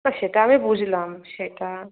না সেটা আমি বুঝলাম সেটা